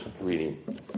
reading